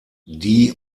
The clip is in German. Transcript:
die